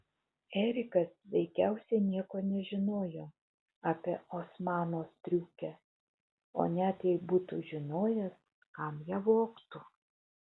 erikas veikiausiai nieko nežinojo apie osmano striukę o net jei būtų žinojęs kam ją vogtų